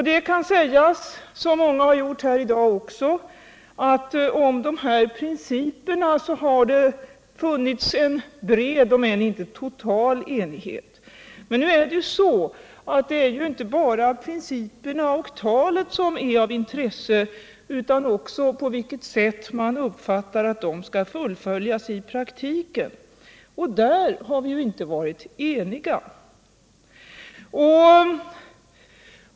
Det kan sägas — vilket många har gjort här i dag att det om dessa principer har rått en bred om än inte total enighet. Men inte bara principer är av intresse utan också det sätt på vilket man uppfattar att de skall fullföljas i praktiken. Där har vi inte varit eniga.